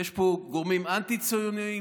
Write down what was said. יש פה גורמים אנטי-ציוניים,